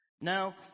Now